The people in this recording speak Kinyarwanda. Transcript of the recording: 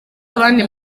abandi